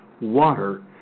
water